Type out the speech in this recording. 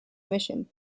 emission